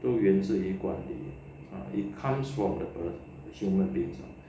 都源自于管理啊 it comes from the human beings ah